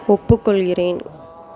ஒப்புக்கொள்கிறேன்